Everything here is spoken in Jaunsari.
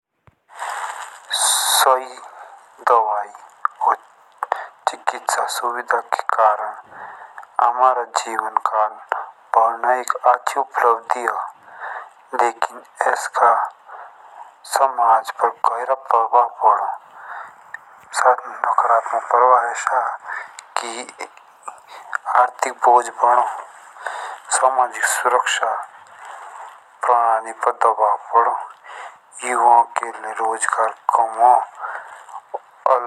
सही दवाई और चिकित्सा सुविधा के कारण अमारा जीवन काल बढ़ना एक अच्छी उपलब्धि हो। लेकिन असका समाज पर ग़ैरप्रभाव पड़ो। सा नकारात्मक प्रभाव ऐसा कि आर्थिक बोज़ बढ़ो। सामाजिक सुरक्षा प्रणाली पर दबाव पड़ो। युवाओं के लिए रोजगार कम होन अलगाव।